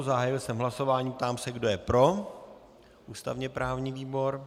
Zahájil jsem hlasování a ptám se, kdo je pro ústavněprávní výbor.